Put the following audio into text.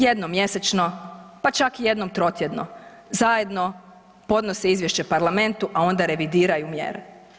Jednom mjesečno, pa čak i jednom trotjedno zajedno podnose izvješće parlamentu, a onda revidiraju mjere.